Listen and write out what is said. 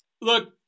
look